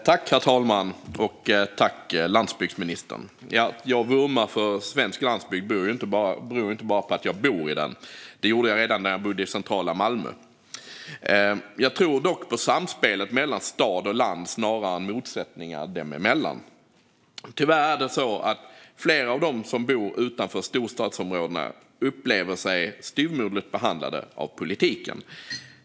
Herr talman! Att jag vurmar för svensk landsbygd beror inte bara på att jag bor där - det gjorde jag redan när jag bodde i centrala Malmö. Jag tror dock på samspel mellan stad och land snarare än motsättningar dem emellan. Tyvärr upplever allt fler som bor utanför storstadsområdena sig styvmoderligt behandlade av politiken.